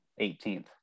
18th